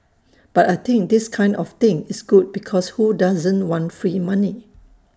but I think this kind of thing is good because who doesn't want free money